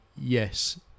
yes